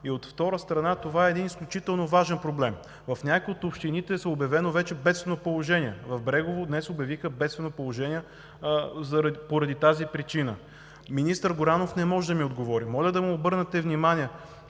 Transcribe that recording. а от втора страна – това е един изключително важен проблем. В някои от общините е обявено вече бедствено положение. В Брегово днес обявиха бедствено положение поради тази причина. Министър Горанов не може да ми отговори. Моля да му обърнете внимание,